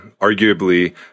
arguably